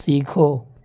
سیکھو